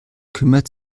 kümmert